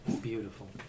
beautiful